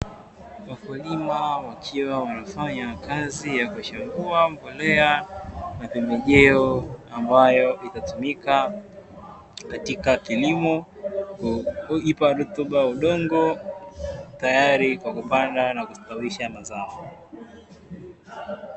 Wakulima wakiwa wamefanya kazi ya kuchambua mbolea na pembejeo ambayo itatumika katika kilimo kuipa rutuba udongo, tayari kwa kupanda na kustawisha mazao.